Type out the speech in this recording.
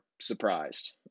surprised